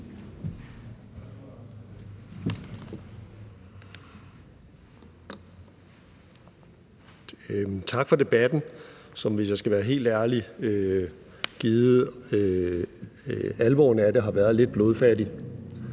Tak for debatten, som, hvis jeg skal være helt ærlig – givet alvoren af den – har været lidt blodfattig.